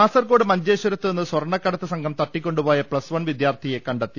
കാസർകോട് മഞ്ചേശ്വരത്ത് നിന്ന് സ്വർണ്ണക്കടത്ത് സംഘം തട്ടി ക്കൊണ്ടുപോയ പ്ലസ് വൺ വിദ്യാർത്ഥിയെ കണ്ടെത്തി